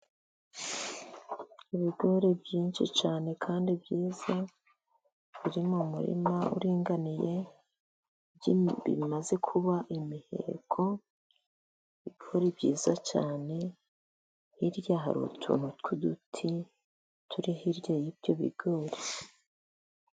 Ibigori byinshi cyane kandi byiza, biri mu murima uringaniye bimaze kuba imiheko. Ibigori byiza cyane hirya hari utuntu tw'uduti turi hirya y'ibyo bigori.